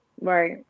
right